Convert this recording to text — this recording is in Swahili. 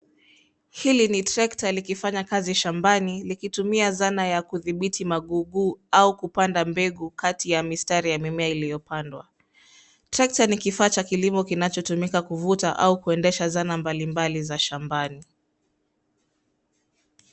Hili ni trekta likifanya kazi shambani likitumia zana ya kudhibiti magugu au kupanda mbegu kati ya mistari ya mimea iliopandwa. Trekta ni kifaa cha kilimo kinachotumika kuvuta au kuendesha zana mbalimbali za shambani